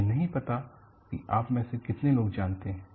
मुझे नहीं पता कि आप में से कितने लोग जानते हैं